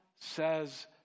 says